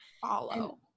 Follow